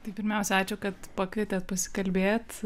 tai pirmiausia ačiū kad pakvietėt pasikalbėt